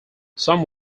some